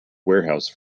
warehouse